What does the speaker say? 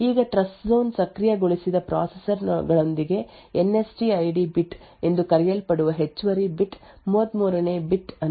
ಈಗ ಟ್ರಸ್ಟ್ಝೋನ್ ಸಕ್ರಿಯಗೊಳಿಸಿದ ಪ್ರೊಸೆಸರ್ ಗಳೊಂದಿಗೆ ಎನ್ಎಸ್ಟಿಐಡಿ ಬಿಟ್ ಎಂದು ಕರೆಯಲ್ಪಡುವ ಹೆಚ್ಚುವರಿ ಬಿಟ್ 33 ನೇ ಬಿಟ್ ಅನ್ನು ಬಸ್ ನಲ್ಲಿ ಹಾಕಲಾಗುತ್ತದೆ ಆದ್ದರಿಂದ ಈ ನಿರ್ದಿಷ್ಟ ಬಿಟ್ ಪ್ರೊಸೆಸರ್ ನ ಪ್ರಸ್ತುತ ಸ್ಥಿತಿಯನ್ನು ಗುರುತಿಸುತ್ತದೆ